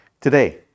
today